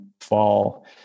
fall